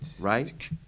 right